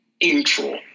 intro